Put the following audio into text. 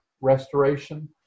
restoration